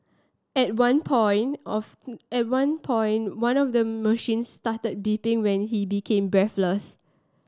at one point of at one point one of the machines started beeping when he became breathless